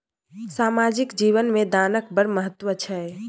सामाजिक जीवन मे दानक बड़ महत्व छै